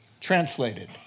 Translated